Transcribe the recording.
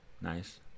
Nice